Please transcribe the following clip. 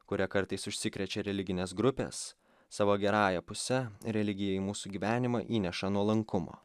kuria kartais užsikrečia religinės grupės savo gerąja puse religija į mūsų gyvenimą įneša nuolankumo